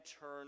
turn